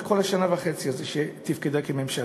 כל השנה וחצי האלה שהיא תפקדה כממשלה.